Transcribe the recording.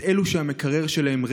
את אלו שהמקרר שלהם ריק,